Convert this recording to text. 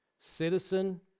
citizen